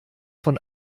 von